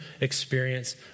experience